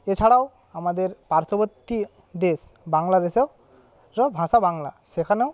এছাড়াও আমাদের পার্শ্ববর্তী দেশ বাংলাদেশেরও ভাষা বাংলা সেখানেও